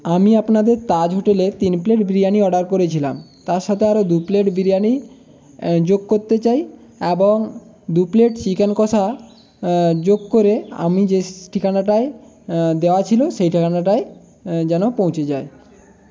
আমি আপনাদের তাজ হোটেলে তিন প্লেট বিরিয়ানি অর্ডার করেছিলাম তার সাথে আরও দুপ্লেট বিরিয়ানি যোগ করতে চাই এবং দুপ্লেট চিকেন কষা যোগ করে আমি যে ঠিকানাটায় দেওয়া ছিল সেই ঠিকানাটায় যেন পৌঁছে যায়